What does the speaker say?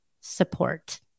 support